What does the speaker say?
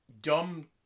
dumb